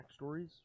backstories